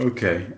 Okay